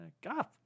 God